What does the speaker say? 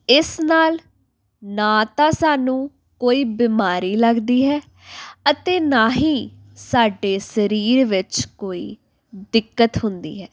ਇਸ ਨਾਲ ਨਾ ਤਾਂ ਸਾਨੂੰ ਕੋਈ ਬਿਮਾਰੀ ਲੱਗਦੀ ਹੈ ਅਤੇ ਨਾ ਹੀ ਸਾਡੇ ਸਰੀਰ ਵਿੱਚ ਕੋਈ ਦਿੱਕਤ ਹੁੰਦੀ ਹੈ